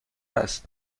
است